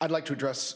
i'd like to address